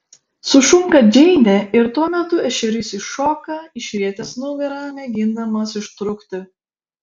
sušunka džeinė ir tuo metu ešerys iššoka išrietęs nugarą mėgindamas ištrūkti